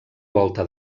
volta